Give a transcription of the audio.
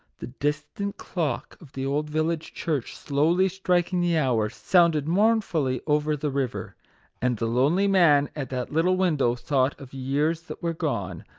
the distant clock of the old village church, slowly striking the hour, sounded mournfully over the river and the lonely man at that little window thought of years that were gone,